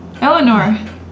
Eleanor